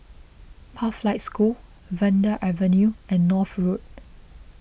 Pathlight School Vanda Avenue and North Road